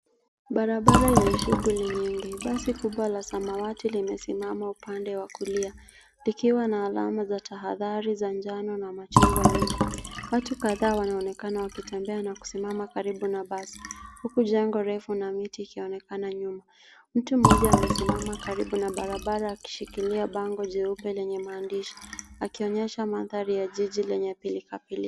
Barabara yenye shughuli nyingi. Basi kubwa la samawati limesimama upande wa kulia, likiwa na alama za tahadhari za njano na machungwa nyuma. Watu kadhaa wanaonekana wakitembea na kusimama karibu na basi huku jengo refu na miti ikionekana nyuma. Mtu mmoja amesimama karibu na barabara akishikilia bango jeupe lenye maandishi akionyesha mandhari ya jili lenye pilikapilika.